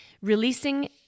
releasing